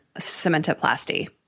cementoplasty